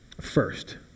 first